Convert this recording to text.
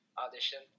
audition